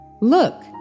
Look